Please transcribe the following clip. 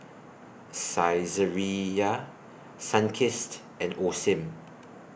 Saizeriya Sunkist and Osim